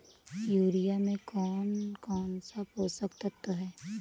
Urea में कौन कौन से पोषक तत्व है?